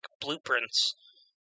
blueprints